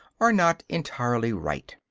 are not entirely right.